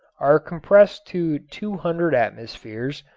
are compressed to two hundred atmospheres,